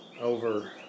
over